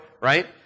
Right